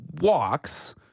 walks